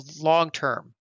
long-term